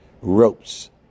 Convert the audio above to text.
ropes